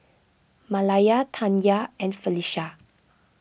Malaya Tanya and Felisha